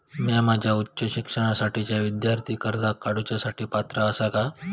म्या माझ्या उच्च शिक्षणासाठीच्या विद्यार्थी कर्जा काडुच्या साठी पात्र आसा का?